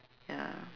ya